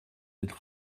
être